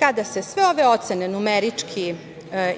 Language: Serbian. Kada se sve ove ocene numerički